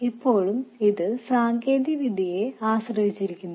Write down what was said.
ഇപ്പോഴും ഇത് സാങ്കേതികവിദ്യയെ ആശ്രയിച്ചിരിക്കുന്നു